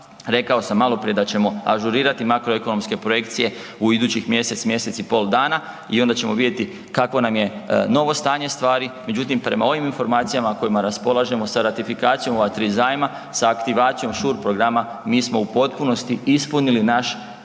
Rekao sam maloprije da ćemo ažurirati makroekonomske projekcije u idućih mjesec, mjesec i pol dana i onda ćemo vidjeti kakvo nam je novo stanje stvari. Međutim, prema ovim informacijama kojima se raspolažemo, sa ratifikacijom ova tri zajma, sa aktivacijom shur programa mi smo u potpunosti ispunili naš plan